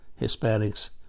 hispanics